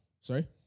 sorry